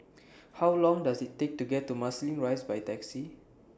How Long Does IT Take to get to Marsiling Rise By Taxi